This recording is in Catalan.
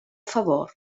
favor